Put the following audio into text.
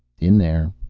in there.